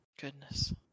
Goodness